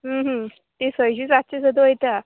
ती सयशीं सातशीं सुद्दां वयता